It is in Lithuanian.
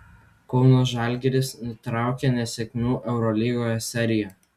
kauno žalgiris nutraukė nesėkmių eurolygoje seriją